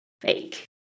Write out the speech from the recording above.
fake